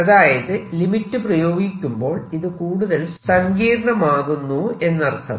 അതായത് ലിമിറ്റ് പ്രയോഗിക്കുമ്പോൾ ഇത് കൂടുതൽ സങ്കീർണമാകുന്നു എന്നർത്ഥം